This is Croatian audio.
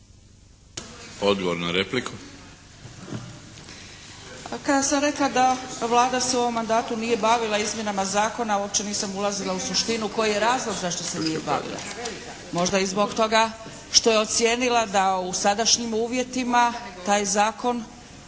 (SDP)** Pa kada sam rekla da Vlada se u ovom mandatu nije bavila izmjenama zakona uopće nisam ulazila u suštinu zašto se nije bavila. Možda i zbog toga što je ocijenila da u sadašnjim uvjetima taj zakon